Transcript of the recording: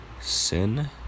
Sin